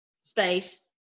space